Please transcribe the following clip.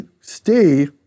stay